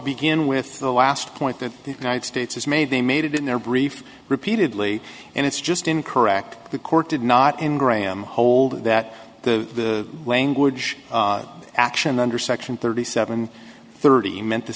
begin with the last point that the united states has made they made it in their brief repeatedly and it's just in correct the court did not in graham hold that the language action under section thirty seven thirty meant the